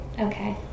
Okay